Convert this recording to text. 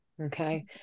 Okay